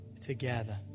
together